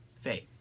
faith